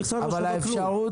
אבל עשינו דבר גדול.